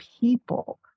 people